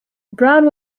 browne